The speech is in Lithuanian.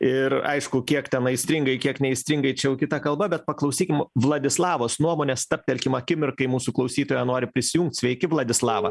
ir aišku kiek ten aistringai kiek neaistringai čia jau kita kalba bet paklausykim vladislavos nuomonės stabtelkim akimirkai mūsų klausytoja nori prisijungt sveiki vladislava